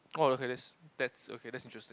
oh okay that's that's okay interesting